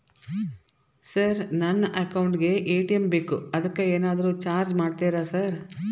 Sir ನನ್ನ account ಗೇ ATM ಬೇಕು ಅದಕ್ಕ ಏನಾದ್ರು ಚಾರ್ಜ್ ಮಾಡ್ತೇರಾ ಸರ್?